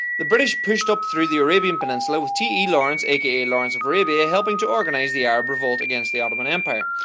the british pushed up through the arabian peninsula with t e. lawrence aka lawrence of arabia helping to organize the arab revolt against the ottoman empire.